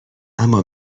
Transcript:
اما